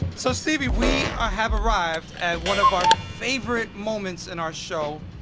so, stevie, we have arrived at one of our favorite moments in our show.